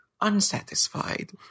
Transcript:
unsatisfied